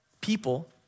people